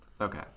Okay